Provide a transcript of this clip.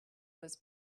was